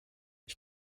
ich